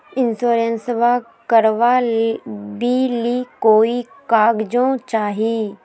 इंसोरेंसबा करबा बे ली कोई कागजों चाही?